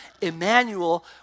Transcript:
Emmanuel